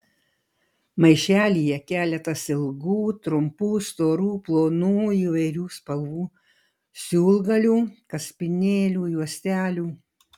maišelyje keletas ilgų trumpų storų plonų įvairių spalvų siūlgalių kaspinėlių juostelių